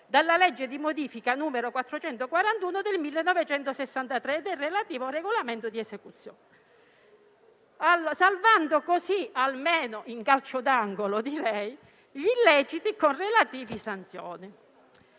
alla legge di modifica n. 441 del 1963 e al relativo regolamento di esecuzione, salvando così, almeno in calcio d'angolo, gli illeciti con relative sanzioni.